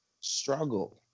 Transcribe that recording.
struggle